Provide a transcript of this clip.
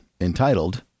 entitled